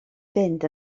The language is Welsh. fynd